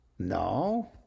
No